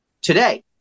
today